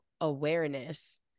awareness